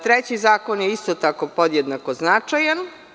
Treći zakon je isto tako podjednako značajan.